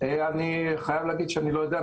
אני חייב להגיד שאני לא יודע,